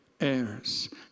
heirs